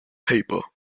paper